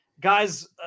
Guys